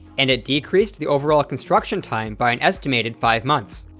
and it decreased the overall construction time by an estimated five months.